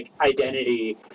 identity